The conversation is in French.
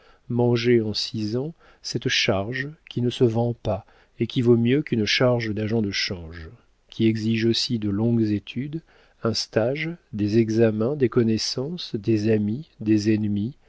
mangée en six ans cette charge qui ne se vend pas et qui vaut mieux qu'une charge d'agent de change qui exige aussi de longues études un stage des examens des connaissances des amis des ennemis